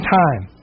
time